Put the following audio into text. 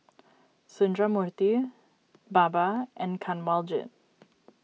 Sundramoorthy Baba and Kanwaljit